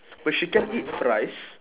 but she can eat rice